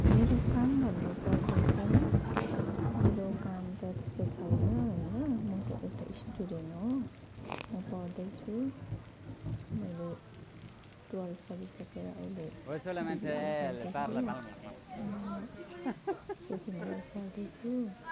मेरो काम भन्नुपर्दा चाहिँ मेरो काम त त्यस्तो छैन होइन म त एउटा स्टुडेन्ट हो म पढ्दैछु मैले टुवेल्भ पढि सकेर अहिले बिबिए गर्दैछु अनि म सेकेन्ड इयर पढ्दैछु